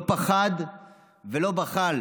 לא פחד ולא בחל